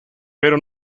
pero